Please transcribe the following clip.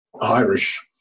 Irish